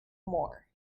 more